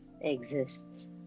exists